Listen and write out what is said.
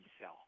cell